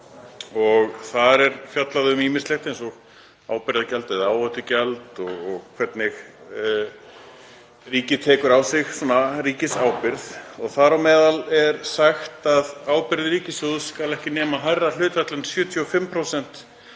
og þar er fjallað um ýmislegt, eins og ábyrgðargjald eða áhættugjald og hvernig ríkið tekur á sig ríkisábyrgð. Þar á meðal er sagt að ábyrgð ríkissjóðs skuli ekki nema hærra hlutfalli en 75%